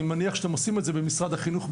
אני מניח שאתם עושים את זה במשרד החינוך,